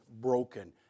broken